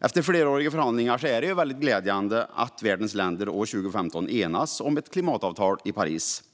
Efter fleråriga förhandlingar var det mycket glädjande att världens länder år 2015 enades om ett klimatavtal i Paris.